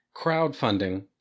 crowdfunding